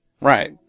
Right